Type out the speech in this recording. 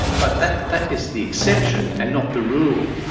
but that that is the exception, and not the rule,